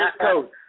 coach